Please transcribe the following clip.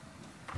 סגלוביץ'.